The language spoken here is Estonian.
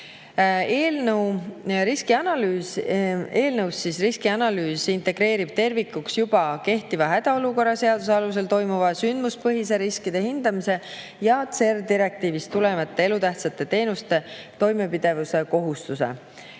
puhul. Riskianalüüs integreerib tervikuks juba kehtiva hädaolukorra seaduse alusel toimuva sündmuspõhise riskide hindamise ja CER direktiivist tulenevate elutähtsate teenuste toimepidevuse kohustuse.